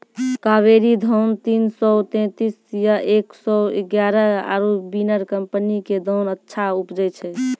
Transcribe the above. कावेरी धान तीन सौ तेंतीस या एक सौ एगारह आरु बिनर कम्पनी के धान अच्छा उपजै छै?